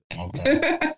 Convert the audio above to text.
Okay